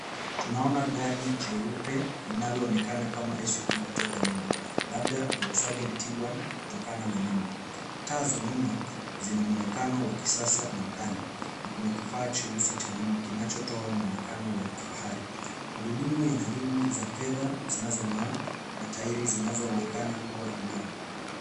Tunaona gari jeupe linaloonekana kama SUV kutoka nyuma labda volkwagon tigan kutokana na nembo. Taa za nyuma zina mwonekano wa kisasa na mkali na kuna kifaa cheusi cha nyuma kinachotoa mwonekano wa kifahari. Magurudumu yana realm za kifedha zinazong'aa na taeri zinazoonekana kuwa imara.